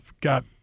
got